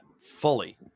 fully